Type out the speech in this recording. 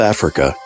Africa